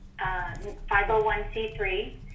501C3